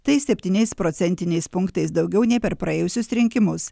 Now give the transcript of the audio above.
tai septyniais procentiniais punktais daugiau nei per praėjusius rinkimus